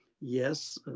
Yes